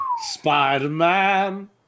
Spider-Man